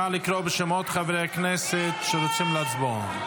נא לקרוא בשמות חברי הכנסת שרוצים להצביע.